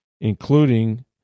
including